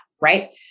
right